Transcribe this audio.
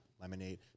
Lemonade